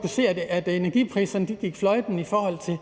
kunne se, at energipriserne stak af i forbindelse